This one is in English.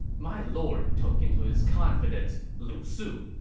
my lord took into his confidence lu su,